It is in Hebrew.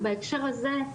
בהקשר הזה,